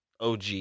OG